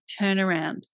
turnaround